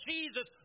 Jesus